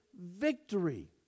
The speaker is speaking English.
victory